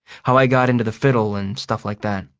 how i got into the fiddle and stuff like that.